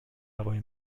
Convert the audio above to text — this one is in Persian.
هوای